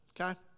okay